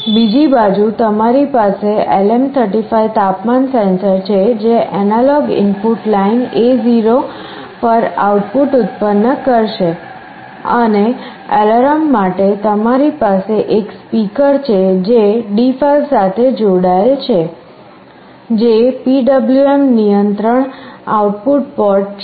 બીજી બાજુ તમારી પાસે LM35 તાપમાન સેન્સર છે જે એનાલોગ ઇનપુટ લાઇન A0 પર આઉટપુટ ઉત્પન્ન કરશે અને એલાર્મ માટે તમારી પાસે એક સ્પીકર છે જે D5 સાથે જોડાયેલ છે જે PWM નિયંત્રણ આઉટપુટ પોર્ટ છે